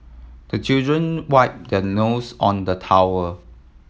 the children wipe their nose on the towel